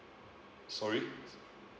sorry